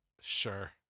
Sure